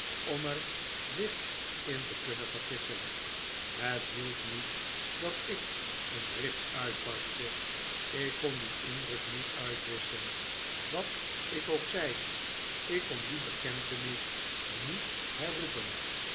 om er zich in te kunnen vergissen het hielp niet dat ik in drift uitbarstte ik kon dien indruk niet uitwisschen wat ik ook zei ik kon die bekentenis niet herroepen